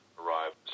arrived